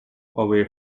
away